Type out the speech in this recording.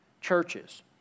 churches